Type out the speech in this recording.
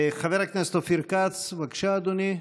חבר הכנסת אופיר כץ, בבקשה, אדוני.